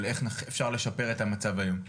על איך אפשר לשפר את המצב היום.